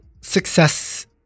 success